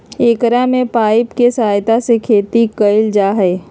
एकरा में पाइप के सहायता से खेती कइल जाहई